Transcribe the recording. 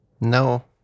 No